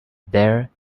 there